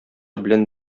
белән